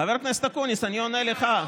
חבר הכנסת אקוניס, אני עונה לך.